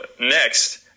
next